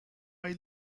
hay